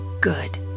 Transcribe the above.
good